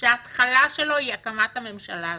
שההתחלה שלו היא הקמת הממשלה הזאת.